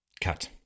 cut